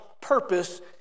purpose